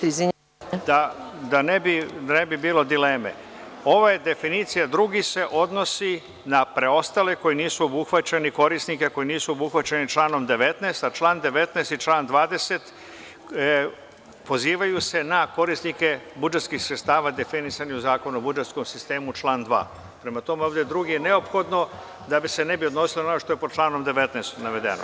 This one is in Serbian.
Da ne bi bilo dileme, ova definicija „drugi“ se odnosi na preostale korisnike koji nisu obuhvaćeni članom 19, a član 19. i član 20. pozivaju se na korisnike budžetskih sredstava definisanih u Zakonu o budžetskom sistemu, član 2. Prema tome, ovde „drugi“ je neophodno da se ne bi odnosilo na ono što je pod članom 19. navedeno.